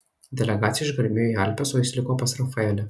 delegacija išgarmėjo į alpes o jis liko pas rafaelę